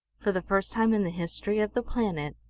for the first time in the history of the planet,